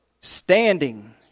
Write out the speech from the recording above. standing